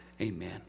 amen